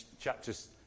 chapters